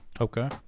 Okay